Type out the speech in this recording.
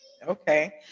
Okay